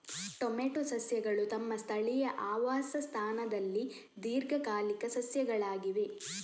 tomato ಸಸ್ಯಗಳು ತಮ್ಮ ಸ್ಥಳೀಯ ಆವಾಸ ಸ್ಥಾನದಲ್ಲಿ ದೀರ್ಘಕಾಲಿಕ ಸಸ್ಯಗಳಾಗಿವೆ